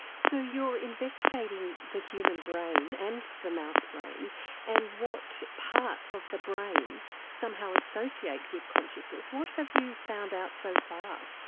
so you are investigating the human brain and the mouse brain and what parts of the brain somehow associate with consciousness. what have you found out so far?